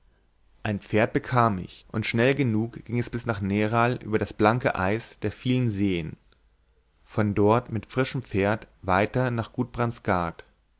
ein pferd bekam ich und schnell genug ging es bis nerl über das blanke eis der vielen seen von dort mit frischem pferd weiter nach